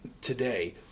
today